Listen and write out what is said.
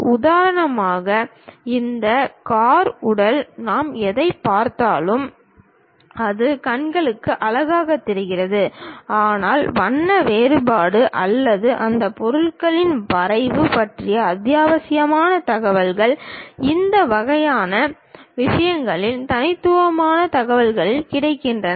உதாரணமாக இந்த கார் உடல் நாம் எதைப் பார்த்தாலும் அது கண்களுக்கு அழகாக இருக்கிறது ஆனால் வண்ண வேறுபாடு அல்லது அந்த பொருளின் வளைவு பற்றிய அத்தியாவசிய தகவல்கள் இந்த வகையான விஷயங்கள் தனித்துவமான தகவல்களில் கிடைக்கின்றன